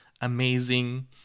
amazing